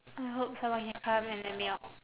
I hope someone can come and let me out